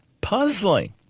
puzzling